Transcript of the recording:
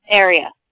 area